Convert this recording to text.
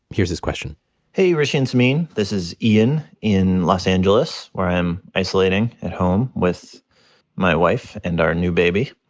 here's his question hey hrishi and samin. this is ian in los angeles, where i am isolating at home with my wife and our new baby.